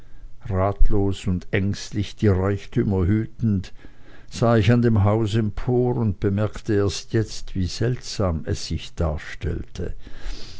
ratlos und ängstlich die reichtümer hütend sah ich an dem hause empor und bemerkte erst jetzt wie seltsam es sich darstellte